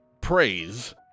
praise